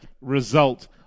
result